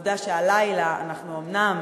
מהעובדה שהלילה אנחנו אומנם